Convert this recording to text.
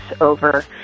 over